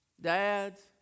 dads